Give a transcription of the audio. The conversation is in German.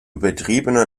übertriebene